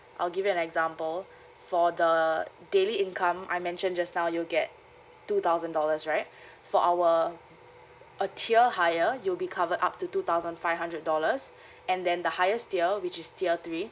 I'll give you an example for the daily income I mentioned just now you'll get two thousand dollars right for our a tier higher you'll be covered up to two thousand five hundred dollars and then the highest tier which is tier three